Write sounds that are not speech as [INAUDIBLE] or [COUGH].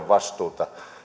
[UNINTELLIGIBLE] vastuuta